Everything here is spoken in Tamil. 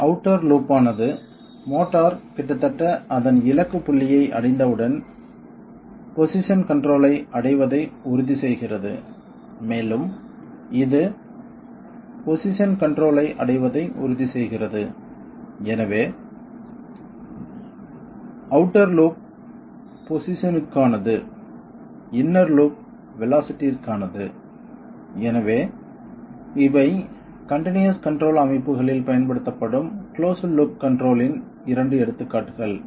இந்த அவுட்டர் லூப் ஆனது மோட்டார் கிட்டத்தட்ட அதன் இலக்குப் புள்ளியை அடைந்தவுடன் பொசிஷன் கன்ட்ரோல் ஐ அடைவதை உறுதிசெய்கிறது மேலும் இது பொசிஷன் கன்ட்ரோல் ஐ அடைவதை உறுதிசெய்கிறது எனவே அவுட்டர் லூப் பொசிஷன்க்கானது இன்னர் லூப் வேலோஸிட்டிற்கானது எனவே இவை கன்டினியஸ் கண்ட்ரோல் அமைப்புகளில் பயன்படுத்தப்படும் கிளோஸ்ட் லூப் கண்ட்ரோல் இன் 2 எடுத்துக்காட்டுகள்